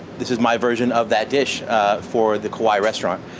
this is my version of that dish for the kauai restaurant.